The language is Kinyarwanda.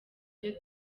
byo